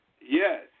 Yes